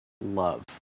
love